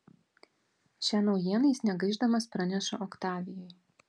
šią naujieną jis negaišdamas praneša oktavijui